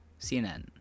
CNN